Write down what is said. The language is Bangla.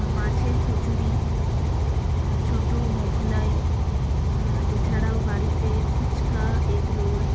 মাছের কচুরি ছোটো মোগলাই এছাড়াও বাড়িতে ফুচকা এগরোল